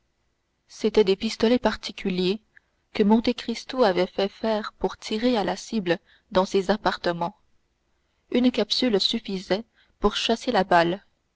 c'étaient des pistolets particuliers que monte cristo avait fait faire pour tirer à la cible dans ses appartements une capsule suffisait pour chasser la balle